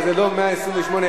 אבל זה לא 128 ימים.